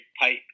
pipe